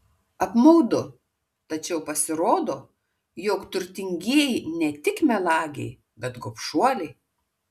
apmaudu tačiau pasirodo jog turtingieji ne tik melagiai bet gobšuoliai